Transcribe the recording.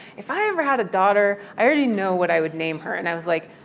if i ever had a daughter, i already know what i would name her. and i was like,